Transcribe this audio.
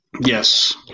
Yes